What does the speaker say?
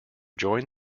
joined